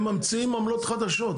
הרי הם ממציאים עמלות חדשות.